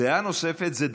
דעה נוספת זה דקה.